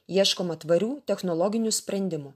ieškoma tvarių technologinių sprendimų